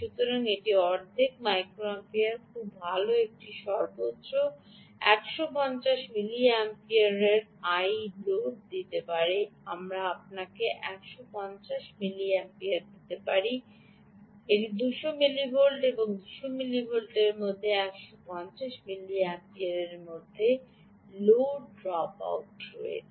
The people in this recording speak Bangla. সুতরাং এটি অর্ধেক মাইক্রোম্পিয়ার খুব ভাল এটি আপনাকে সর্বোচ্চ 150 মিলি অ্যাম্পিয়ারের Iload দিতে পারে আমরা আপনাকে 150 মিলিমিপিয়ার দিতে পারি এটি 200 মিলিভোল্ট এবং 200 মিলিভোল্টের মধ্যে 150 মিলিঅ্যাম্পিয়ারের মধ্যে লোড ড্রপ আউট রয়েছে